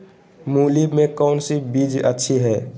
मूली में कौन सी बीज अच्छी है?